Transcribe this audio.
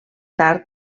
tard